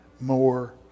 more